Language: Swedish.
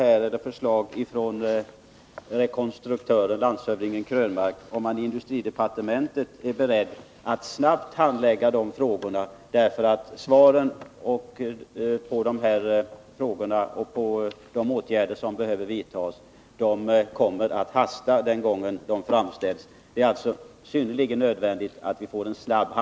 Under senare tid har som bekant förekommit kritik mot svenska beskickningar och deras personal för det sätt varpå personundersökningar och inhämtande av vissa uppgifter i asylsökandes hemländer går till. Det har bl.a. ifrågasatts om gällande sekretessbestämmelser följs och om de rapporter som lämnas är tillförlitliga. Kritiken gäller även de instruktioner — eller brist på instruktioner — som personal vid beskickningarna har för undersökningar om skäl för politisk asyl.